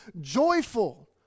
joyful